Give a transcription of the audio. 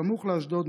סמוך לאשדוד,